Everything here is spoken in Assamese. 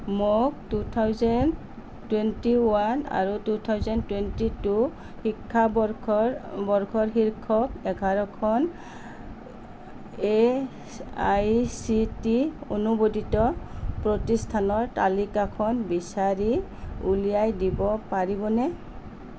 মোক টু থাউজেণ্ড টুৱেণ্টি ওৱান আৰু টু থাউজেণ্ড টুৱেণ্টি টু শিক্ষাবৰ্ষৰ বৰ্ষৰ শীৰ্ষ এঘাৰ খন এ আই চি টি অনুমোদিত প্ৰতিষ্ঠানৰ তালিকাখন বিচাৰি উলিয়াই দিব পাৰিবনে